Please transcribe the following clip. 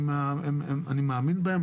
אני מאמין בהם.